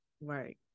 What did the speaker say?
Right